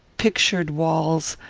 pictured walls,